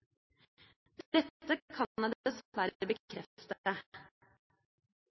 dette kan være